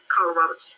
Colorado